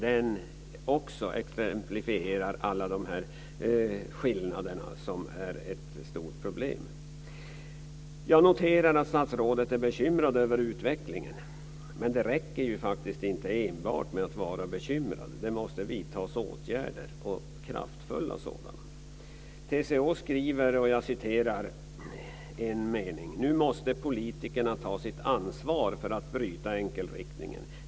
Den exemplifierar också alla dessa skillnader som är ett stort problem. Jag noterar att statsrådet är bekymrad över utvecklingen, men det räcker inte enbart med att vara bekymrad. Det måste vidtas åtgärder, och kraftfulla sådana. TCO skriver: "Nu måste politikerna ta sitt ansvar för att bryta enkelriktningen.